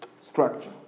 structure